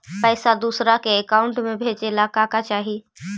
पैसा दूसरा के अकाउंट में भेजे ला का का चाही?